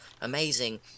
amazing